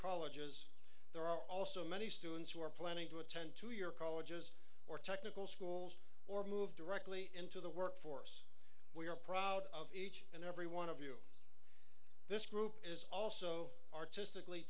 colleges there are also many students who are planning to attend to your colleges or technical schools or move directly into the workforce we are proud of each and every one of you this group is also artistically